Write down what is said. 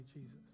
Jesus